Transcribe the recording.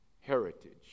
heritage